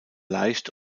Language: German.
leicht